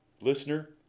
Listener